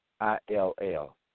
I-L-L